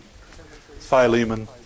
Philemon